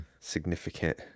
significant